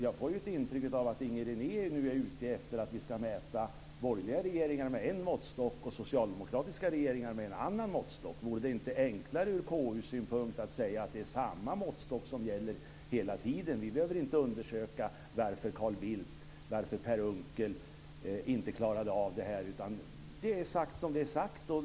Jag får intrycket att Inger René nu är ute efter att vi ska mäta borgerliga regeringar med en måttstock och socialdemokratiska regeringar med en annan. Vore det inte enklare ur KU-synpunkt att säga att det är samma måttstock som gäller hela tiden? Vi behöver inte undersöka varför Carl Bildt eller Per Unckel inte klarade av det här, utan det är sagt som det är sagt.